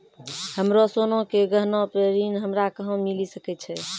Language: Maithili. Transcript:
हमरो सोना के गहना पे ऋण हमरा कहां मिली सकै छै?